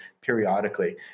periodically